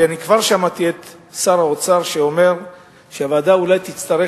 ואני כבר שמעתי את שר האוצר אומר שהוועדה אולי תצטרך